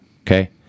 okay